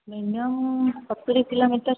minimum ସତୁରୀ kilometre